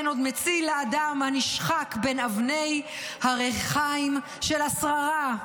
אין עוד מציל לאדם הנשחק בין אבני הריחיים של השררה".